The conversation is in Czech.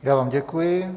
Já vám děkuji.